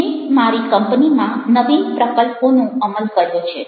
મેં મારી કંપનીમાં નવીન પ્રકલ્પોનો અમલ કર્યો છે